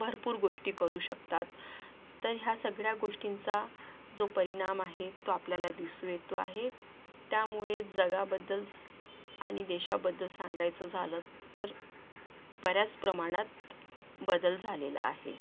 भरपूर गोष्टी करू शकतात तर ह्या सगळ्या गोष्टींचा जो परिणाम आहे तो आपल्याला दिसू येतो आहे त्यामुळे जगाबद्दल आणि देशाबद्दल सांगायचं झालं तर बऱ्याच प्रमाणात बदल झालेला आहे